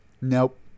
Nope